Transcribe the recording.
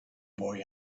boy